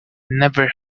never